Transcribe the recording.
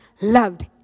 loved